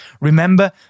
Remember